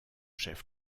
chef